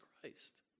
Christ